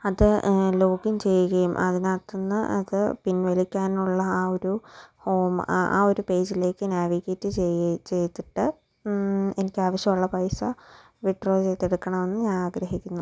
അത് ലോഗിൻ ചെയ്യുകയും അതിനകത്തുനിന്ന് അത് പിൻവലിക്കാനുള്ള ആ ഒരു ഹോം ആ ഒരു പേജിലേക്ക് നാവിഗേറ്റ് ചെയ്യുകയും ചെയ്തിട്ട് എനിക്ക് ആവശ്യമുള്ള പൈസ വിഡ്രോ ചെയ്തെടുക്കണമെന്ന് ഞാൻ ആഗ്രഹിക്കുന്നു